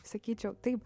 sakyčiau taip